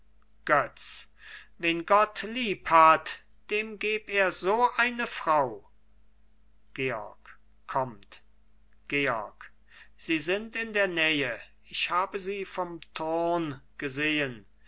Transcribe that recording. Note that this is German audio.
götz wen gott lieb hat dem geb er so eine frau georg kommt georg sie sind in der nähe ich habe sie vom turn gesehen